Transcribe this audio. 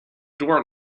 door